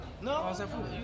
no